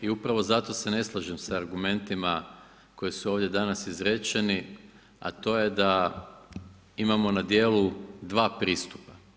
I upravo zato se ne slažem s argumentima koji su ovdje danas izrečeni, a to je da imamo na djelu dva pristupa.